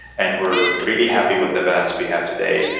and we're really happy with the balance we have today,